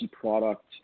product